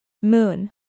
Moon